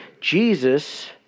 Jesus